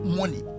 money